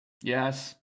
Yes